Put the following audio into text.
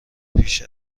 پیش